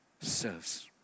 serves